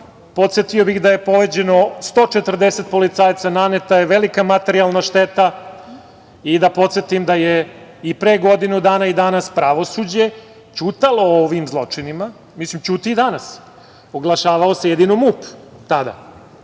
Podsetio bih da je povređeno 140 policajaca, naneta je velika materijalna šteta i da podsetim da je i pre godinu dana i danas pravosuđe ćutalo o ovim zločinima. Ćuti i danas. Oglašavao se jedino MUP